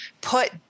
put